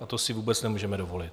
A to si vůbec nemůžeme dovolit.